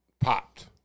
Popped